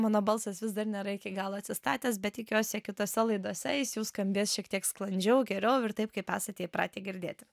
mano balsas vis dar nėra iki galo atsistatęs bet tikiuosi kitose laidose jis jau skambės šiek tiek sklandžiau geriau ir taip kaip esate įpratę girdėti